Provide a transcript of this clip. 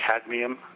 cadmium